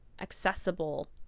accessible